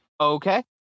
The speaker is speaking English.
Okay